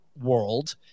world